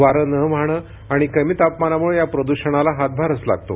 वारं न वाहणं आणि कमी तापमानामुळं या प्रदूषणाला हातभारच लागतो